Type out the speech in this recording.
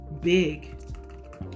big